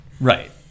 Right